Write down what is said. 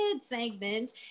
segment